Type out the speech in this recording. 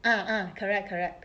ah ah correct correct